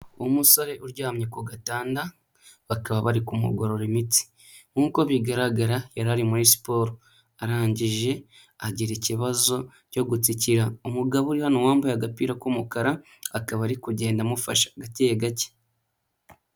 Umusore uryamye ku gatanda bakaba bari kumugorora imitsi, nk'uko bigaragara yari ari muri siporo arangije agira ikibazo cyo gutsikira. Umugabo ari hano wambaye agapira k'umukara akabari kugenda amufasha gake gake.